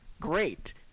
great